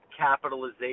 capitalization